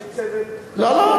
יש צוות, לא, לא.